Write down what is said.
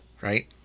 right